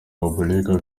ombolenga